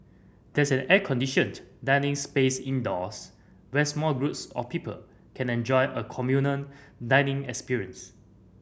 there's an air conditioned dining space indoors where small groups of people can enjoy a communal dining experience